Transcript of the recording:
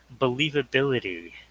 believability